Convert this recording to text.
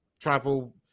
travel